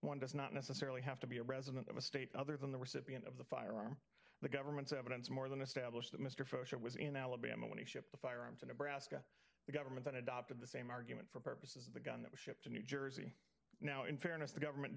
one does not necessarily have to be a resident of a state other than the recipient of the firearm the government's evidence more than established that mr faucheux was in alabama when he shipped the firearm to nebraska the government that adopted the same argument for purposes of the gun was shipped to new jersey now in fairness the government